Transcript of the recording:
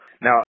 Now